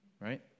Right